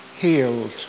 healed